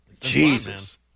Jesus